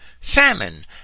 famine